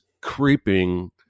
creeping